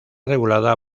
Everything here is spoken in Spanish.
regulada